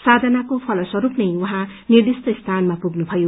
साथनाको फलस्वरूप नै उहाँ निर्दिष्ट स्थानमा पुग्नुभयो